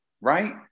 right